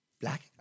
black